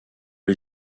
les